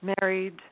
married